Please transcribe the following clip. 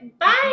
bye